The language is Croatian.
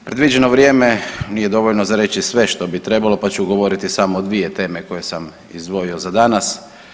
Predviđeno vrijeme nije dovoljno za reći sve što bi trebalo, pa ću govoriti o samo dvije teme koje sam izdvojio za danas.